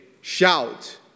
shout